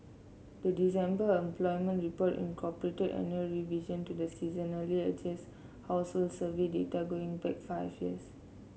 the December employment report incorporated annual revision to the seasonally adjusted household survey data going back five years